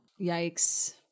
Yikes